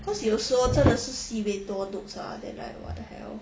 cause 有时候真的是 sibeh 多 notes ah then like what the hell